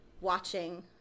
watching